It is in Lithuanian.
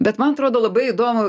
bet man atrodo labai įdomu